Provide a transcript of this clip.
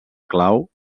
clau